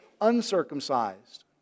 uncircumcised